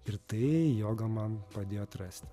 ir tai joga man padėjo atrasti